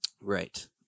Right